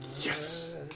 Yes